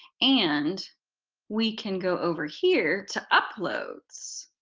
and we can go over here to uploads.